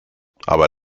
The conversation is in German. aber